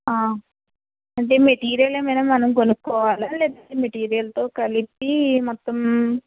అంటే మెటీరియల్ ఏమన్న మనం కొనుక్కోవాల లేకపోతే మెటీరియల్తో కలిపి మొత్తం